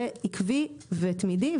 זה עקבי ותמידי,